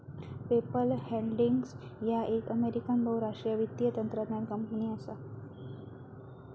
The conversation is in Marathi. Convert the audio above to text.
पेपल होल्डिंग्स ह्या एक अमेरिकन बहुराष्ट्रीय वित्तीय तंत्रज्ञान कंपनी असा